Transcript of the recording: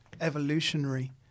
evolutionary